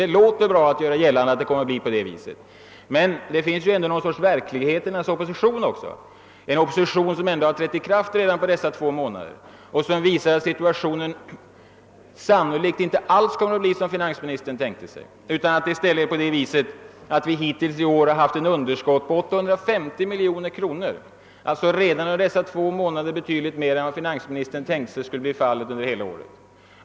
Det låter bra att göra gällande att det blir på detta sätt, men det finns ju också en verklighetens opposition som trätt i kraft på dessa två månader och som visar att situationen sannolikt inte alls kommer att bli sådan som finansministern tänkte sig. I stället är det på det viset att vi hittills i år haft ett underskott på 850 miljoner kronor, alltså redan under två månader betydligt mer än finansministern förutsåg för hela året.